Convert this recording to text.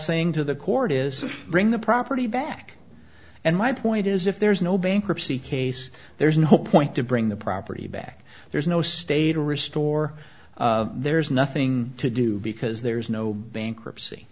saying to the court is bring the property back and my point is if there's no bankruptcy case there's no point to bring the property back there's no state or restore there's nothing to do because there's no bankruptcy